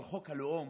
אבל חוק הלאום